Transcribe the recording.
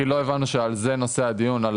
כי לא הבנו שנושא הדיון הוא